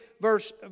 verse